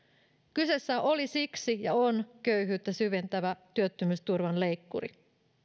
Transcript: kyseessä oli ja on köyhyyttä syventävä työttömyysturvan leikkuri